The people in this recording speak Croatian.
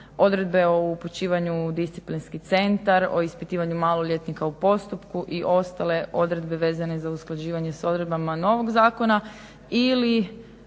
odredbe o upućivanju u disciplinski centar, o ispitivanju maloljetnika u postupku i ostale odredbe vezane za usklađivanje s odredbama novog zakona ili